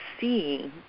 seeing